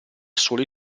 soli